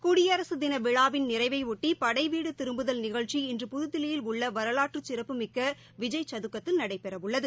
குடியரசு தின விழாவிள் நிறைவையொட்டி படைவீடு திரும்புதல் நிகழ்ச்சி இன்று புதுதில்லியில் உள்ள வரலாற்று சிறப்புமிக்க விஜய் சதுக்கத்தில் நடைபெறவுள்ளது